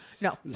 No